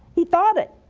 he thought it!